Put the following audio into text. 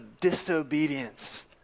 disobedience